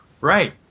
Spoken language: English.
Right